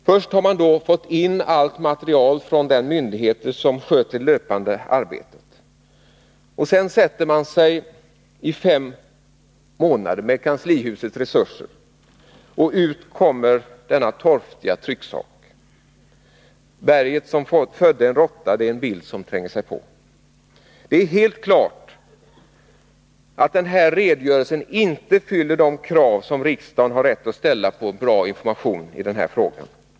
Först har man då fått in allt material från den myndighet som sköter det löpande arbetet. Sedan sätter man sig i fem månader, med kanslihusets resurser, och ut kommer denna torftiga trycksak. Berget som födde en råtta — det är en bild som tränger sig på. Det är helt klart att redogörelsen inte fyller de krav som riksdagen har rätt att ställa på information i den här frågan.